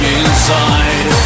inside